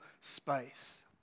space